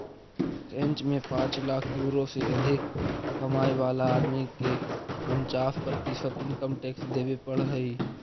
French में पाँच lakh euro से अधिक कमाय वाला आदमी के उन्चास प्रतिशत इनकम टैक्स देवे पड़ऽ हई